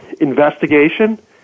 investigation